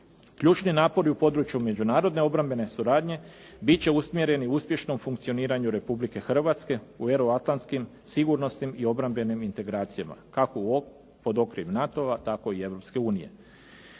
Ključni napori u području međunarodne obrambene suradnje bit će usmjereni u uspješnom funkcioniranju Republike Hrvatske u euroatlantskim, sigurnosnim i obrambenim integracijama kako pod okriljem NATO-a tako i